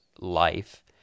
life